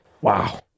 Wow